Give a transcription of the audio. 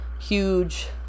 huge